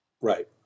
Right